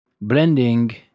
blending